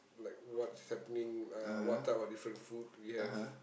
like what's happening uh what type of different food we have